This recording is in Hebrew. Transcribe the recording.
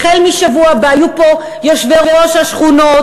החל מהשבוע הבא יהיו פה יושבי-ראש השכונות.